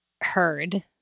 heard